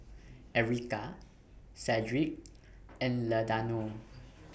Erykah Cedrick and Ladonna